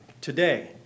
Today